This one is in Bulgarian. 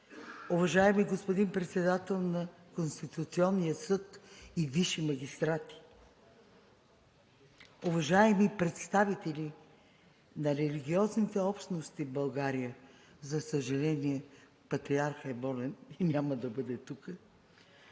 уважаеми господин Председател на Конституционния съд и висши магистрати, уважаеми представители на религиозните общности в България – за съжаление, патриархът е болен и няма да бъде тук,